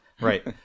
Right